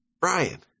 Brian